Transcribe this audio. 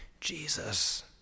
Jesus